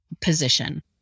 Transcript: position